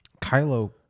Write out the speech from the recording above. Kylo